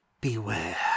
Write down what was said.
Beware